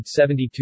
172%